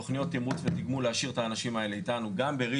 תוכניות תמרוץ ותגמול להשאיר את האנשים האלה אתנו גם בראי